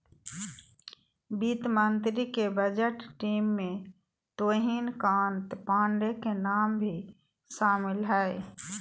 वित्त मंत्री के बजट टीम में तुहिन कांत पांडे के नाम भी शामिल हइ